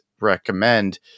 recommend